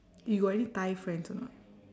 you got any thai friends or not